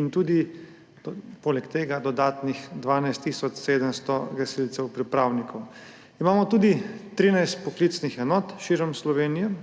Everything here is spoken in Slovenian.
in poleg tega dodatnih 12 tisoč 700 gasilcev pripravnikov. Imamo tudi 13 poklicnih enot širom Slovenije.